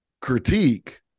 critique